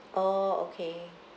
oh okay